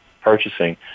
purchasing